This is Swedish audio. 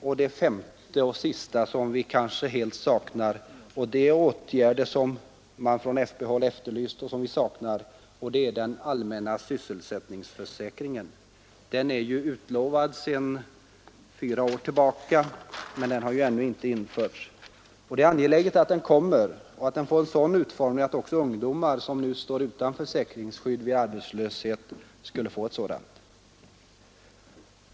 I den femte punkten efterlyser vi från fp-håll någonting som helt saknas, och det är den allmänna sysselsättningsförsäkringen. Den är ju utlovad sedan fyra år men har ännu inte införts. Det kommer och att den får en sådan utformning att också ungdomar, som nu står utan försäkringsskydd vid arbetslöshet, kan få ett sådant.